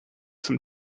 some